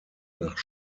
nach